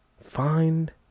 Find